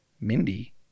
Mindy